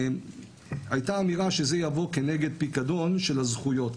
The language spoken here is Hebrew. והייתה אמירה שזה יבוא כנגד פיקדון של הזכויות,